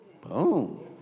Boom